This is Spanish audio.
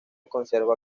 conserva